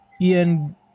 Ian